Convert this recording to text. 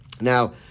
Now